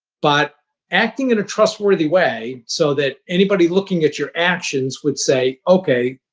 but acting in a trustworthy way so that anybody looking at your actions would say, okay,